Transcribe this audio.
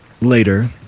Later